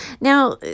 Now